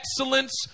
excellence